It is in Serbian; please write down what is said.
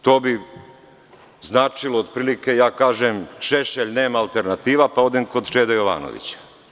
To bi značilo otprilike kao da ja kažem – Šešelj nema alternativa, pa odem kod Čede Jovanovića.